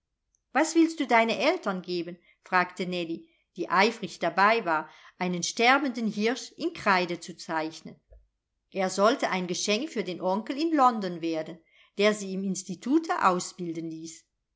was willst du deine eltern geben fragte nellie die eifrig dabei war einen sterbenden hirsch in kreide zu zeichnen er sollte ein geschenk für den onkel in london werden der sie im institute ausbilden ließ